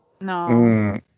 No